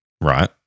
Right